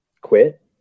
quit